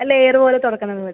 ആ ലെയറ് പോലെ തുറക്കുന്നത് മതി